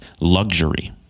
luxury